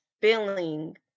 feeling